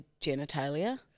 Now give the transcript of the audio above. genitalia